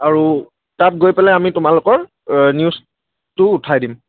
আৰু তাত গৈ পেলাই আমি তোমালোকৰ নিউজটো উঠাই দিম